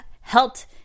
helped